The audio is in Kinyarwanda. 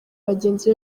bagenzi